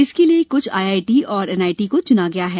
इसके लिए कुछ आईआईटी और एनआईटी को चुना गया है